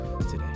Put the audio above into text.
today